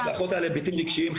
השלכות על היבטים רגשיים,